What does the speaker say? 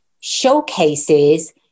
showcases